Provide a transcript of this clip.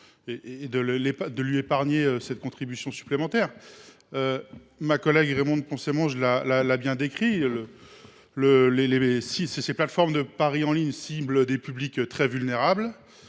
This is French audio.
qui éviteraient cette contribution supplémentaire. Ma collègue Raymonde Poncet Monge l’a bien décrit : ces plateformes de paris en ligne ciblent des publics très vulnérables,